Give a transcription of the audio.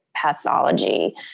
pathology